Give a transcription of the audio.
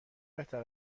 بهتر